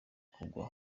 kuvugwa